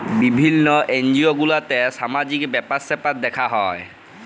বিভিল্য এনজিও গুলাতে সামাজিক ব্যাপার স্যাপার দ্যেখা হ্যয়